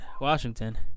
Washington